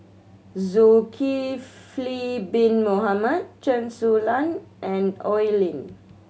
Zulkifli Bin Mohamed Chen Su Lan and Oi Lin